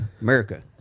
America